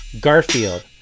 Garfield